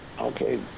Okay